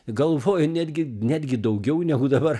galvoju netgi netgi daugiau negu dabar